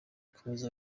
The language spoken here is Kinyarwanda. komeza